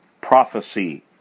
prophecy